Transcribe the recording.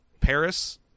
paris